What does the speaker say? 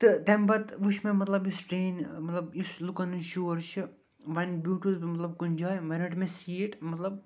تہٕ تمہِ پَتہٕ وُچھ مےٚ مَطلَب یس ٹرٛینہِ مَطلَب یُس لُکَن ہُنٛد شور چھُ وۄنۍ بیٛوٗٹھُس بہٕ مَطلَب کُنہِ جایہِ وۄنۍ رٔٹ مےٚ سیٖٹ مَطلَب